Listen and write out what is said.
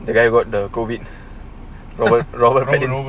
the guy who got the COVID robert robert right